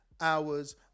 hours